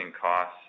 costs